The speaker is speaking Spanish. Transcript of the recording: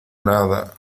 nada